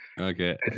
Okay